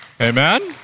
Amen